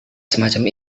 semacam